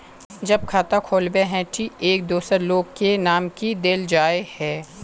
जब खाता खोलबे ही टी एक दोसर लोग के नाम की देल जाए है?